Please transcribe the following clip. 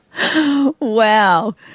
wow